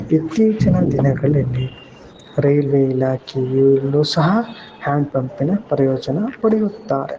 ಇತ್ತೀಚಿನ ದಿನಗಳಲ್ಲಿ ರೈಲ್ವೆ ಇಲಾಖೆಯಲ್ಲೂ ಸಹ ಹ್ಯಾಂಡ್ ಪಂಪಿನ ಪ್ರಯೋಜನ ಪಡೆಯುತ್ತಾರೆ